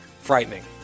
Frightening